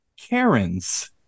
Karens